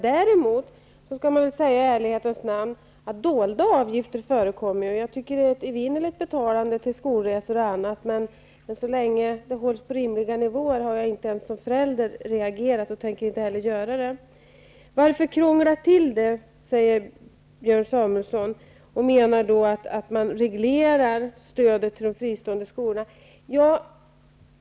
Däremot skall man säga i ärlighetens namn att det förekommer dolda avgifter. Jag tycker att det är ett evinnerligt betalande till skolresor och annat. Så länge det håller sig på rimliga nivåer har jag inte ens reagerat som förälder, och jag tänker inte heller göra det. Varför krångla till det? frågar Björn Samuelson. Han menar att man reglerar stödet till de fristående skolorna.